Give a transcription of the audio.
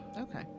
Okay